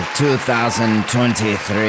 2023